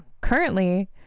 currently